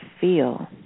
feel